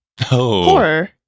Horror